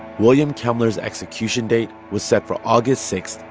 william kemmler's execution date was set for august six,